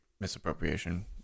misappropriation